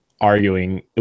arguing